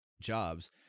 jobs